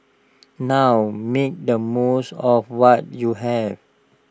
now make the most of what you have